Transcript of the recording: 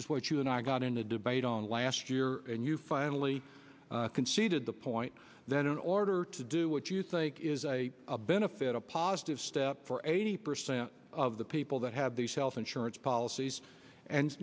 is what you and i got in a debate on last year and you finally conceded the point that in order to do what you think is a benefit a positive step for eighty percent of the people that have these health insurance policies and